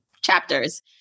chapters